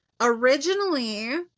originally